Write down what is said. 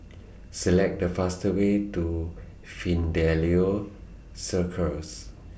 Select The fast Way to Fidelio Circus